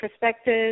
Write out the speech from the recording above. perspectives